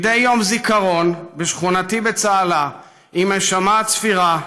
מדי יום זיכרון, בשכונתי בצהלה, עם הישמע הצפירה,